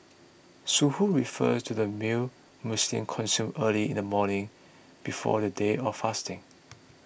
Suhoor refers to the meal Muslims consume early in the morning before the day of fasting